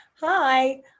Hi